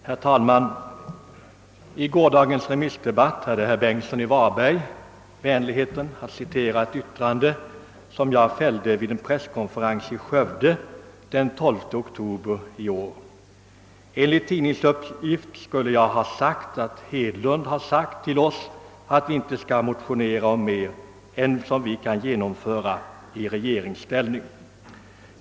Herr talman! I gårdagens remissdebatt hade herr Bengtsson i Varberg vänligheten att citera ett yttrande som jag fällde vid en presskonferens i Skövde den 12 oktober i år. Enligt en tidningsuppgift skulle jag ha sagt att herr Hedlund uppmanat oss att inte motionera om mer än vi kan genomföra i regeringsställning.